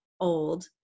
old